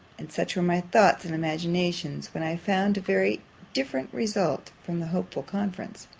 and such were my thoughts and imaginations, when i found a very different result from the hopeful conference.